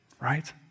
right